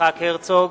יצחק הרצוג,